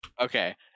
Okay